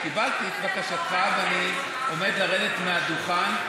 קיבלתי את בקשתך, ואני עומד לרדת מהדוכן.